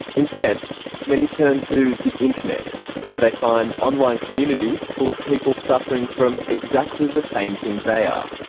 instead many turn to the internet where they find online communities full of people suffering from exactly the same thing they are.